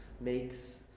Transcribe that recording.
makes